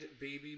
baby